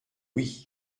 oui